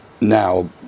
now